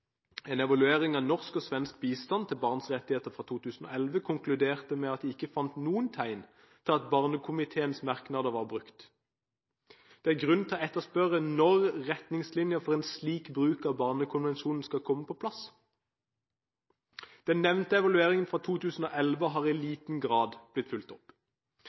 En evaluering av norsk og svensk bistand til barns rettigheter fra 2011 konkluderte med at en ikke fant noen tegn til at barnekomiteens merknader var brukt. Det er grunn til å etterspørre når retningslinjer for en slik bruk av Barnekonvensjonen skal komme på plass. Den nevnte evalueringen fra 2011 har i liten grad blitt fulgt opp.